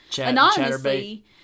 anonymously